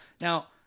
now